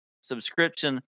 subscription